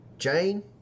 Jane